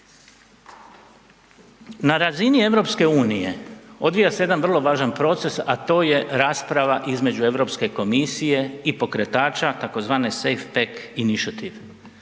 Na razini EU odvija se jedan vrlo važan proces, a to je rasprava između Europske komisije i pokretača tzv. SafePack Initiative.